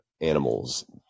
animals